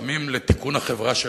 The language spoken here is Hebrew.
לוחמים לתיקון החברה שלנו.